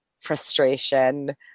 frustration